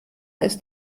ist